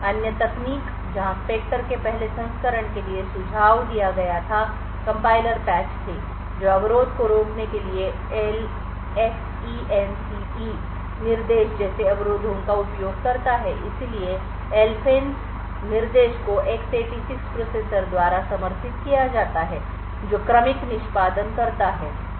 अन्य तकनीक जहां स्पेक्टर के पहले संस्करण के लिए सुझाव दिया गया था कंपाइलर पैच थे जो अवरोध को रोकने के लिए LFENCE निर्देश जैसे अवरोधों का उपयोग करता है इसलिए LFENCE निर्देश को X86 प्रोसेसर द्वारा समर्थित किया जाता है जो क्रमिक निष्पादन करता है